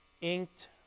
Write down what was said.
Inked